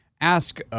ask